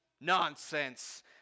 Nonsense